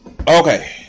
okay